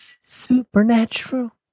supernatural